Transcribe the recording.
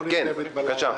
בבקשה.